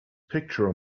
picture